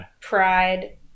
pride